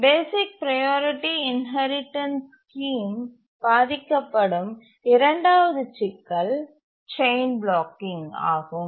பேசிக் priority inheritance scheme பாதிக்கப்படும் இரண்டாவது சிக்கல் செயின் பிளாக்கிங் ஆகும்